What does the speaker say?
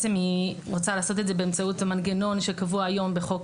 ההצעה רוצה לעשות את זה באמצעות המנגנון שקבוע היום בחוק